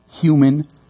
human